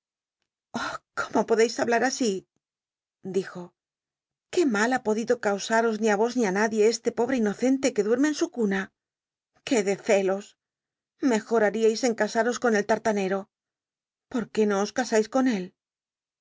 cómo podeis hablar asl dijo qué mal ha os ni i nadie este pobre inocente que duerme en su cuna i qué de celos en duerme que cente llejor haríais en casaros con el tartanero por qué no os casais con él